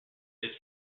his